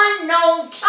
unknown